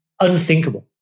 unthinkable